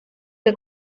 que